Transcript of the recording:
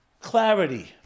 clarity